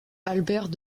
albert